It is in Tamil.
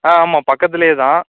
ஆ ஆமாம் பக்கத்திலே தான்